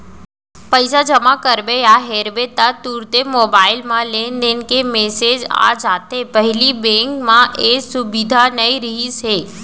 पइसा जमा करबे या हेरबे ता तुरते मोबईल म लेनदेन के मेसेज आ जाथे पहिली बेंक म ए सुबिधा नई रहिस हे